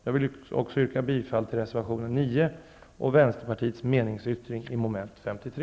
Jag vill också yrka bifall till reservationen 9 och till